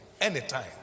anytime